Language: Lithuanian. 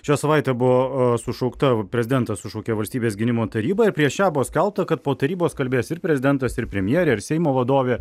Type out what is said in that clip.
šią savaitę buvo sušaukta prezidentas sušaukė valstybės gynimo tarybą ir prieš ją buvo skelbta kad po tarybos kalbės ir prezidentas ir premjerė ir seimo vadovė